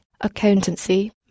accountancy